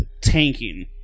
tanking